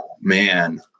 Man